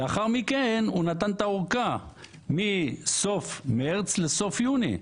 לאחר מכן הוא נתן את הארכה מסוף מרץ לסוף יוני.